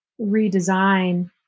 redesign